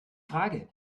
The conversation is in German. frage